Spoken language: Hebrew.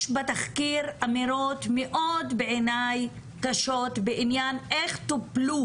יש בתחקיר אמירות מאוד בעיניי קשות בעניין איך טופלו.